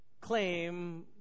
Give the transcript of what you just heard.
claim